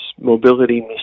mobility